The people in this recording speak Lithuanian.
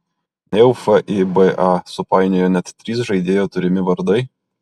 nejau fiba supainiojo net trys žaidėjo turimi vardai